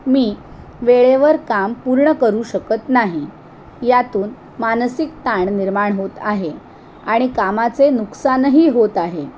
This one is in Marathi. वेळेवर काम पूर्ण करू शकत नाही यातून मानसिक ताण निर्माण होत आहे आणि कामाचे नुकसानही होत आहे